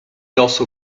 also